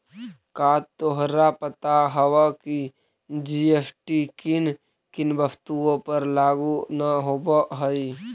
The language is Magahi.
का तोहरा पता हवअ की जी.एस.टी किन किन वस्तुओं पर लागू न होवअ हई